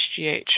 HGH